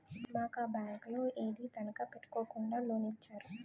మాకు ఆ బేంకోలు ఏదీ తనఖా ఎట్టుకోకుండా లోనిచ్చేరు